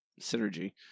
Synergy